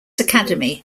academy